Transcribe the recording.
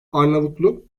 arnavutluk